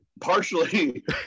partially